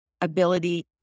ability